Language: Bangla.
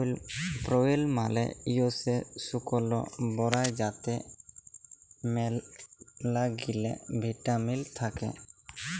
প্রুলেস মালে হইসে শুকল বরাই যাতে ম্যালাগিলা ভিটামিল থাক্যে